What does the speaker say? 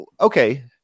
okay